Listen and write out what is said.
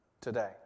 today